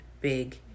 big